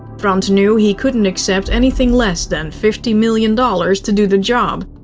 frans knew he couldn't accept anything less than fifty million dollars to do the job.